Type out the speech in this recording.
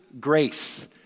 grace